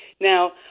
Now